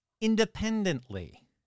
independently